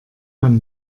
man